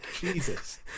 Jesus